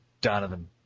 Donovan